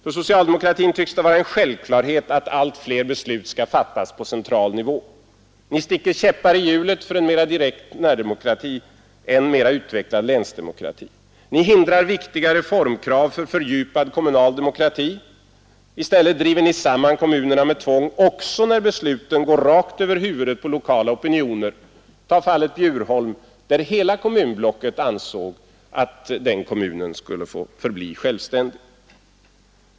För socialdemokratin tycks det vara en självklarhet att allt fler beslut skall fattas på central nivå. Ni sticker käppar i hjulet för en mera direkt närdemokrati och en mera utvecklad länsdemokrati. Ni hindrar viktiga reformkrav för fördjupad kommunal demokrati. I stället driver ni samman kommunerna med tvång, också när besluten går rakt över huvudet på lokala opinioner. Ta fallet Bjurholm, där hela kommunblocket ansåg att den kommunen borde få förbli självständig.